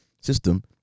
system